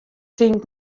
tink